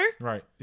Right